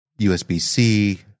USB-C